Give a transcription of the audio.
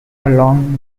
along